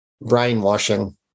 brainwashing